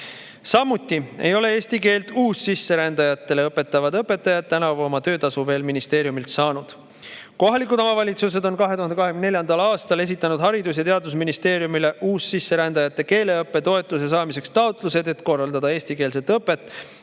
Samuti ei ole eesti keelt uussisserändajatele õpetavad õpetajad tänavu oma töötasu veel ministeeriumilt saanud. Kohalikud omavalitsused on 2024. aastal esitanud Haridus- ja Teadusministeeriumile uussisserändajate keeleõppe toetuse saamiseks taotlused, et korraldada eestikeelset õpet